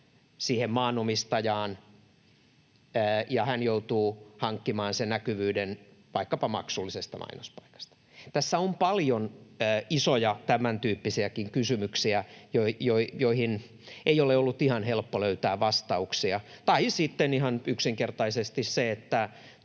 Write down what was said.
siihen maanomistajaan, ja hän joutuu hankkimaan sen näkyvyyden vaikkapa maksullisesta mainospaikasta. Tässä on paljon isoja tämän tyyppisiäkin kysymyksiä, joihin ei ole ollut ihan helppo löytää vastauksia. Tai sitten ihan yksinkertaisesti se, että